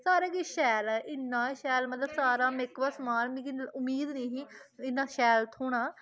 सारा किश शैल इन्ना शैल मतलब सारा मेकअप दा समान मिगी उमीद निही इन्ना शैल थ्होना